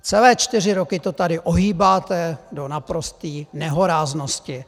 Celé čtyři roky to tady ohýbáte do naprosté nehoráznosti.